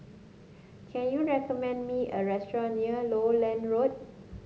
can you recommend me a restaurant near Lowland Road